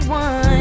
one